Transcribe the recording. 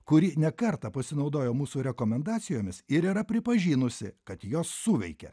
kuri ne kartą pasinaudojo mūsų rekomendacijomis ir yra pripažinusi kad jos suveikė